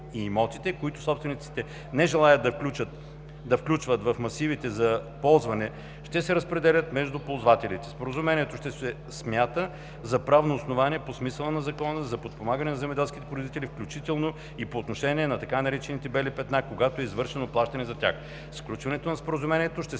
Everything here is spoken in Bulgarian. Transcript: и имотите, които собствениците не желаят да включват в масиви за ползване, ще се разпределят между ползвателите. Споразумението ще се смята за правно основание по смисъла на Закона за подпомагане на земеделските производители, включително и по отношение на „белите петна“, когато е извършено плащане за тях. Сключването на споразумението ще се